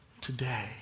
today